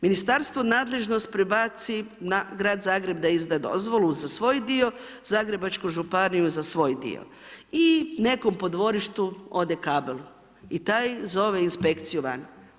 Ministarstvo nadležnost prebaci na grad Zagreb da izda dozvolu za svoj dio, Zagrebačku županiju za svoj dio i nekom po dvorištu ode kabel i taj zove inspekciju van.